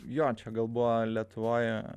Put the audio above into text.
jo čia gal buvo lietuvoj